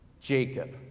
Jacob